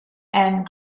and